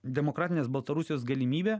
demokratinės baltarusijos galimybė